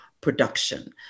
production